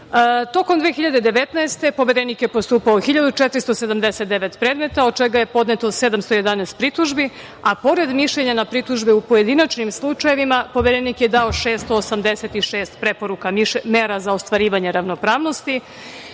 Tokom 2019. godine Poverenik je postupao u 1.479 predmeta, od čega je podneto 711 pritužbi, a pored mišljenja na pritužbe u pojedinačnim slučajevima, poverenik je dao 686 preporuka mera za ostvarivanje ravnopravnosti,